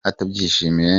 atabyishimiye